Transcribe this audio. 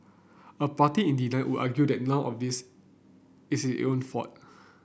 a party in denial would argue that none of this is it own fault